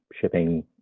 shipping